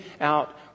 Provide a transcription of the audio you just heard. out